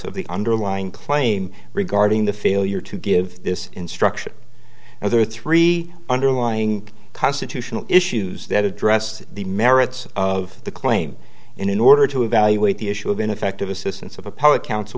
of the underlying claim regarding the failure to give this instruction and there are three underlying constitutional issues that addressed the merits of the claim in order to evaluate the issue of ineffective assistance of a poet coun